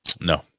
No